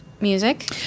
music